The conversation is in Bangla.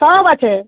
সব আছে